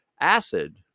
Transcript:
acid